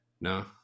No